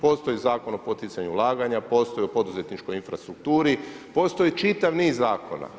Postoji Zakon o poticanju ulaganja, postoji u poduzetničkoj infrastrukturi, postoji čitav niz zakona.